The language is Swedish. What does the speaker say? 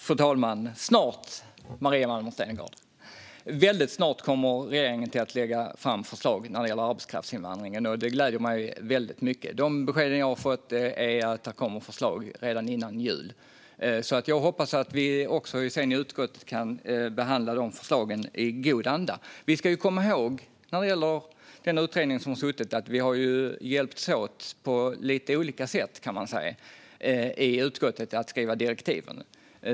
Fru talman! Snart, Maria Malmer Stenergard. Regeringen kommer väldigt snart att lägga fram förslag när det gäller arbetskraftsinvandringen. Det gläder mig väldigt mycket. De besked som jag har fått är att det kommer förslag redan innan jul. Jag hoppas att vi sedan i utskottet kan behandla de förslagen i god anda. Vi ska komma ihåg när det gäller den utredning som har suttit att vi har hjälpts åt på lite olika sätt i utskottet att skriva direktiven.